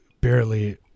barely